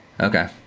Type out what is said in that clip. okay